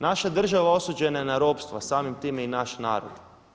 Naša država osuđena je na ropstvo a samim time i naš narod.